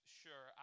sure